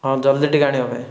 ହଁ ଜଲ୍ଦି ଟିକିଏ ଆଣିବ ଭାଇ